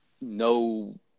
no